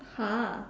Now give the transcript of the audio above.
!huh!